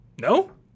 No